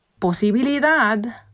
Posibilidad